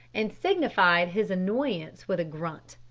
and signified his annoyance with a grunt.